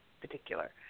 particular